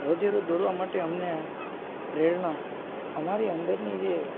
રોજેરોજ દોડવા માટે અમને પ્રેરણા અમારી અંદરની જે